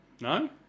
No